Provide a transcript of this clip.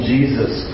Jesus